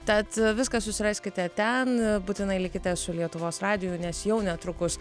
tad viską susiraskite ten būtinai likite su lietuvos radiju nes jau netrukus